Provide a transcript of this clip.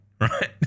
right